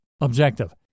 Objective